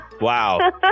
Wow